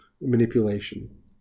manipulation